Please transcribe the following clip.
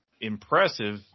impressive